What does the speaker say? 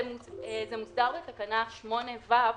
זה מוסדר בתקנה 8(ו)